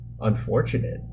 unfortunate